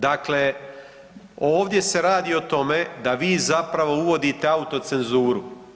Dakle, ovdje se radi o tome da vi zapravo uvodite autocenzuru.